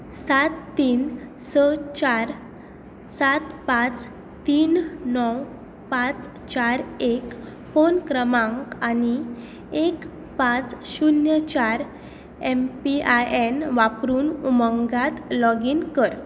सात तीन स चार सात पांच तीन णव पांच चार एक फोन क्रमांक आनी एक पांच शुन्य चार एम पी आय एन वापरून उमंगात लॉगीन कर